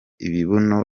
ibibuno